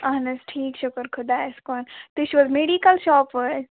اَہَن حظ ٹھیٖک شُکُر خۄدایس کُن تُہی چھُو حظ میڈیکل شاپہٕ وٲلۍ